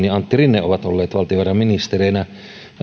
ja antti rinne ovat olleet valtiovarainministereinä